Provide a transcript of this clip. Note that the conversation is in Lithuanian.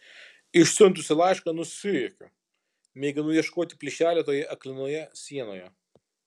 išsiuntusi laišką nusijuokiu mėginu ieškoti plyšelio toje aklinoje sienoje